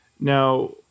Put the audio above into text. Now